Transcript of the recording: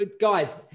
guys